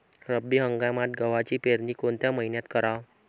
रब्बी हंगामात गव्हाची पेरनी कोनत्या मईन्यात कराव?